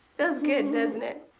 feels good doesn't it?